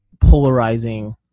polarizing